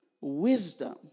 Wisdom